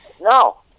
No